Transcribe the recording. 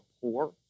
poor